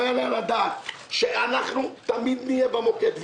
לא יעלה על הדעת שאנחנו תמיד נהיה במוקד.